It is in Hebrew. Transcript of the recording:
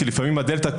כי לפעמים הדלתא,